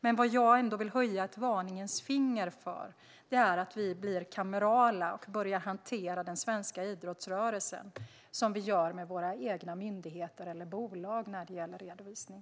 Men vad jag vill höja ett varningens finger för är att vi blir kamerala och börjar hantera den svenska idrottsrörelsen som vi gör med våra egna myndigheter eller bolag när det gäller redovisning.